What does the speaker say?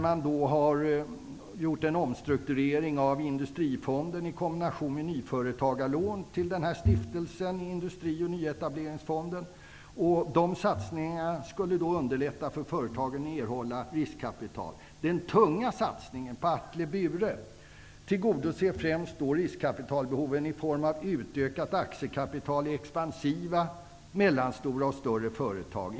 Man har gjort en omstrukturering av Industrifonden i kombination med införande av nyföretagarlån i en ny stiftelse, Industri och nyetableringsfonden. De satsningarna skall underlätta för företagen att erhålla riskkapital. Den tunga satsningen på Atle och Bure tillgodoser främst riskkapitalbehoven i form av utökat aktiekapital i expansiva mellanstora och större företag.